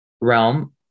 realm